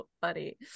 funny